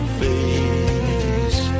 face